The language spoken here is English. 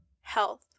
health